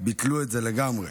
ביטלו את זה לגמרי.